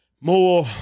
more